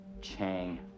Chang